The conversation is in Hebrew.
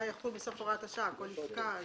יחול בסוף הוראת השעה הכול יכול לפקוע,